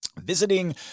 visiting